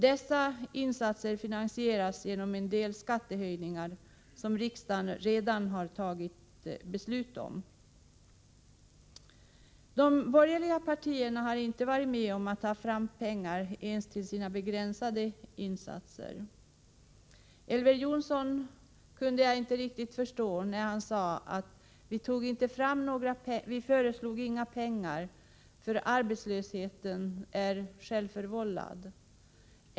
Dessa insatser finansieras genom en del skattehöjningar som riksdagen redan har fattat beslut om. De borgerliga partierna har inte varit med om att ta fram pengar ens till sina begränsade insatser. Jag kan inte riktigt förstå det som Elver Jonsson sade om att folkpartiet inte föreslog några pengar, eftersom arbetslösheten är självförvållad.